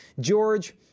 George